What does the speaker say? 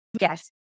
Yes